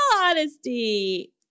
honesty